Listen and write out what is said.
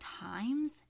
times